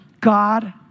God